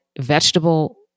vegetable